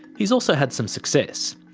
he's also had some success.